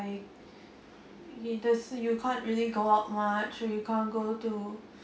I you can't really go out much or you can't go to